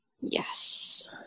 Yes